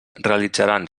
realitzaran